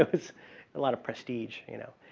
it was a lot of prestige, you know.